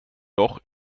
loch